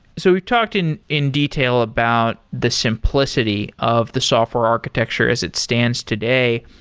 so we talked in in detail about the simplicity of the software architecture as it stands today.